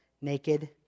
naked